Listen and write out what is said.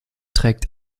trägt